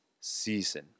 season